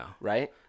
Right